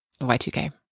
Y2K